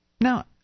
Now